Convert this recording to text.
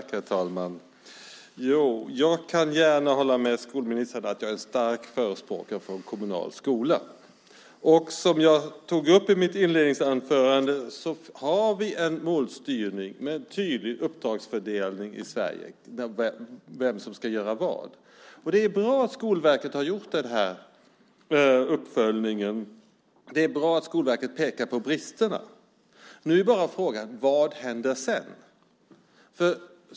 Herr talman! Skolministern har rätt i att jag är en stark förespråkare för en kommunal skola. Som jag tog upp i mitt inledningsanförande har vi en målstyrning med en tydlig uppdragsfördelning i Sverige. Det är bra att Skolverket har gjort uppföljningen. Det är bra att Skolverket pekar på bristerna. Nu är bara frågan: Vad händer sedan?